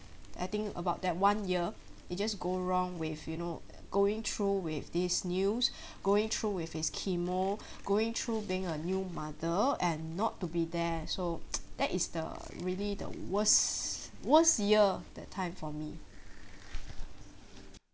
I think about that one year it just go wrong with you know going through with this news going through with his chemo going through being a new mother and not to be there so that is the really the worst worst year that time for me